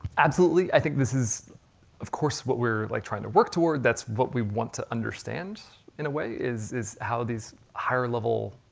absolutely i think this is of course, what we're like trying to work toward, that's what we want to understand in a way, is is how these higher level,